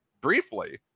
briefly